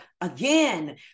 again